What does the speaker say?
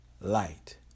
light